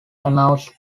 announced